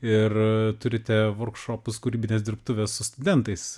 ir turite vorkšopus kūrybines dirbtuves su studentais